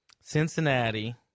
Cincinnati